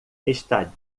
está